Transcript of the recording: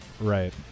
Right